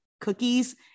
cookies